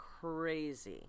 crazy